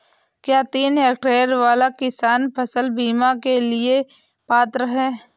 क्या तीन हेक्टेयर वाला किसान फसल बीमा के लिए पात्र हैं?